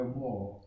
more